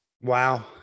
Wow